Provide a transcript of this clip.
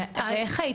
מה את